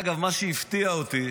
שהפתיע אותי,